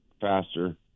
faster